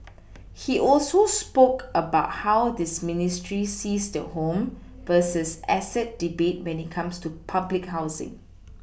he also spoke about how this ministry sees the home versus asset debate when it comes to public housing